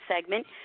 segment